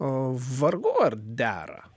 vargu ar dera